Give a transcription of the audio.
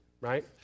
right